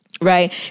right